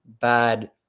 bad